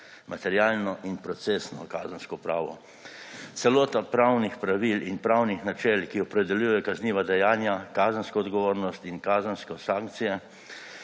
materialno in procesno kazensko pravo. Celota pravnih pravil in pravnih načel, ki opredeljujejo kazniva dejanja, kazensko odgovornost in kazenske sankcije,